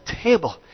table